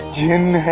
in